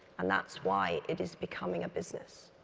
and that's why it is becoming a business.